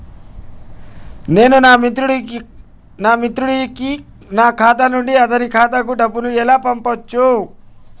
నేను నా మిత్రుడి కి నా ఖాతా నుండి అతని ఖాతా కు డబ్బు ను ఎలా పంపచ్చు?